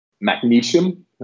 Magnesium